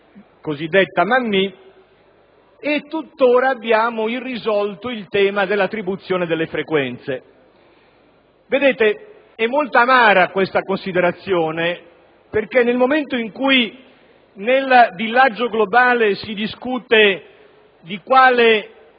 cosiddetta legge Mammì; tuttora, poi, non è risolto il tema dell'attribuzione delle frequenze. È molto amara questa considerazione, nel momento in cui nel villaggio globale si discute di quale